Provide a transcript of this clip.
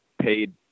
paid